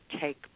take